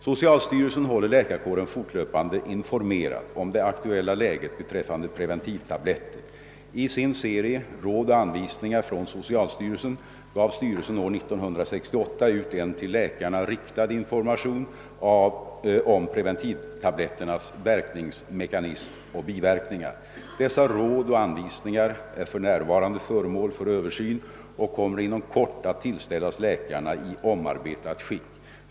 Socialstyrelsen håller läkarkåren fortlöpande informerad om det aktuella läget beträffande preventivtabletter. I sin serie Råd och anvisningar från socialstyrelsen gav styrelsen år 1968 ut en till läkarna riktad information om preventivtabletternas verkningsmekanism och biverkningar. Dessa råd och anvisningar är för närvarande föremål för översyn och kommer inom kort att tillställas läkarna i omarbetat skick.